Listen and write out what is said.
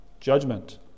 judgment